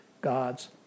God's